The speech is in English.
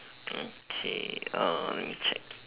okay let me check